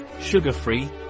sugar-free